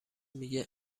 میگه